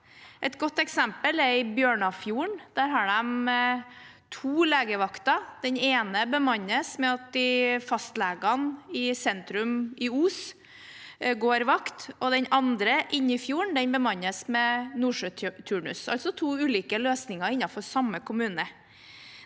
Et godt eksempel er i Bjørnafjorden. Der har de to legevakter. Den ene bemannes ved at fastlegene i sentrum i Os går vakt, og den andre, inne i fjorden, bemannes med nordsjøturnus. Altså er det to ulike løsninger innenfor samme kommune.